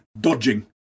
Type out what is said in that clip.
dodging